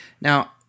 Now